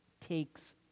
takes